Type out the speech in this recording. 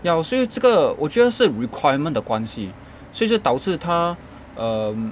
要所以这个我觉得是 requirement 的关系所以就导致他 um